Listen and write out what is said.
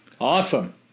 Awesome